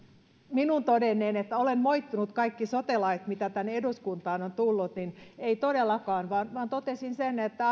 minun todenneen että olen moittinut kaikki sote lait mitä tänne eduskuntaa on tullut en todellakaan vaan vaan totesin sen että